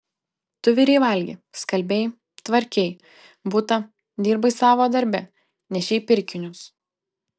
tu virei valgi skalbei tvarkei butą dirbai savo darbe nešei pirkinius